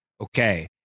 Okay